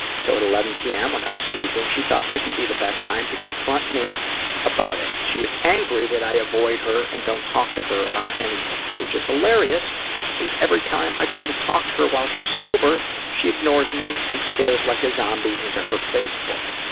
so at eleven pm when she thought i was sleeping, she thought this would be the best time to confront me about it. she was angry that i avoid her and don't talk to her about anything, which is hilarious since every time i try to talk to her while she's sober she ignores me and stares like a zombie into her facebook.